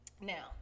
Now